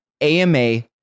AMA